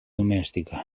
domèstica